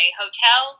hotel